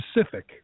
specific